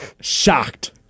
Shocked